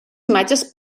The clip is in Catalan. imatges